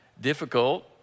difficult